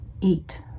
eat